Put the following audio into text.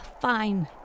Fine